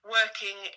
working